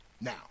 Now